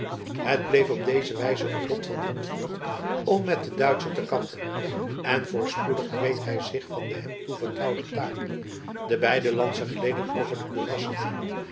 het bleef op deze wijze het lot van montfoort om met den duitscher te kampen en voorspoedig kweet hij zich van de hem toevertrouwde taak de beide lansen gleden over de kurassen heen